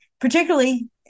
particularly